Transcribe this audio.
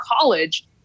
college